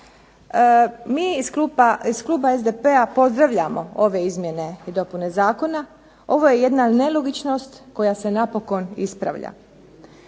Mi iz kluba SDP-a pozdravljamo ove izmjene i dopune zakona. Ovo je jedna nelogičnost koja se napokon ispravlja.